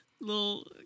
little